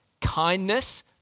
kindness